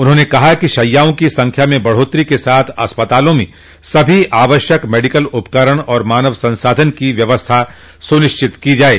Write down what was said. उन्होंने कहा कि शैयाओं की संख्या में बढ़ोत्तरी के साथ अस्पतालों में सभी आवश्यक मेडिकल उपकरण और मानव संसाधन की व्यवस्था सुनिश्चत की जाये